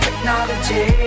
technology